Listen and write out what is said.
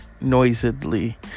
noisily